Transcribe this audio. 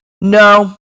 no